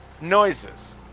Noises